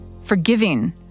forgiving